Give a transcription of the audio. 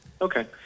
Okay